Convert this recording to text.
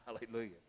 Hallelujah